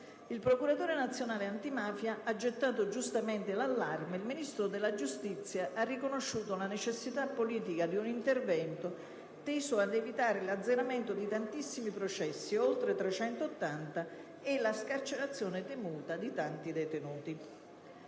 Il procuratore nazionale antimafia ha gettato giustamente l'allarme e il Ministro della giustizia ha riconosciuto la necessità politica di un intervento, teso ad evitare «l'azzeramento di tantissimi processi (oltre 380) e la scarcerazione temuta di tanti detenuti».